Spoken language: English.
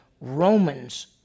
Romans